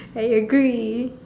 I agree